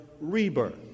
rebirth